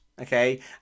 Okay